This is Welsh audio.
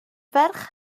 ferch